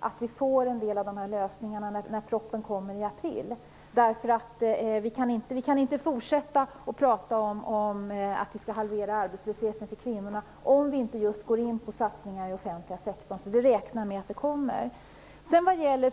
att vi får en del lösningar i propositionen i april. Man kan inte fortsätta att tala om att halvera arbetslösheten för kvinnorna, om man inte går in för satsningar inom den offentliga sektorn. Vi räknar med att sådana kommer.